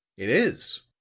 it is,